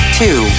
two